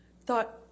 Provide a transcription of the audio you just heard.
thought